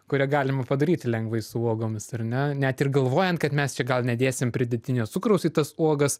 kurią galima padaryti lengvai su uogomis ar ne net ir galvojant kad mes čia gal nedėsim pridėtinio cukraus į tas uogas